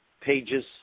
pages